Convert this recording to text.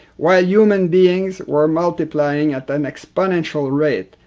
while human beings were multiplying at an exponential rate,